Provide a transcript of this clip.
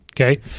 Okay